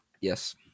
Yes